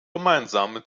gemeinsame